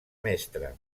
mestre